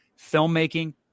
filmmaking